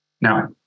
Now